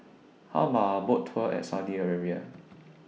How about A Boat Tour At Saudi Arabia